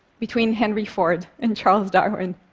between henry ford and charles darwin.